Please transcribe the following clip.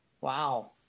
Wow